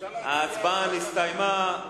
ההצבעה נסתיימה.